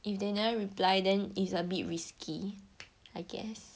if they never reply then is a bit risky I guess